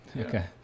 okay